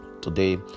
today